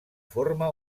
forma